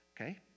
Okay